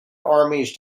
armies